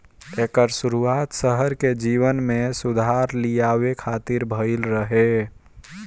एकर शुरुआत शहर के जीवन में सुधार लियावे खातिर भइल रहे